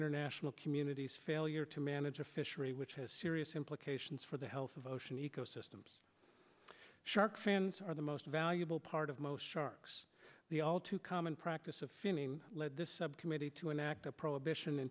international community's failure to manage a fishery which has serious implications for the health of ocean ecosystems shark fins are the most valuable part of most sharks the all too common practice of finning lead this subcommittee to enact a prohibition in